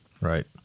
right